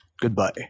goodbye